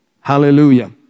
Hallelujah